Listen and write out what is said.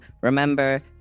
Remember